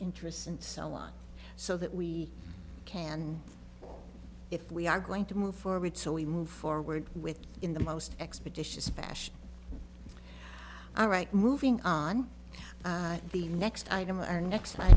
interests and so on so that we can if we are going to move forward so we move forward with in the most expeditious fashion all right moving on to the next item of our next